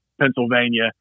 Pennsylvania